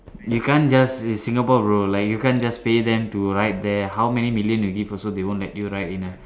you can't just it's Singapore bro like you can't just pay them to write there how many million you give also they won't let you write in the